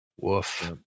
woof